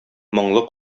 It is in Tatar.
моңлы